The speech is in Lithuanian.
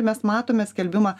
mes matome skelbimą